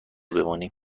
بمانیم